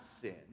sin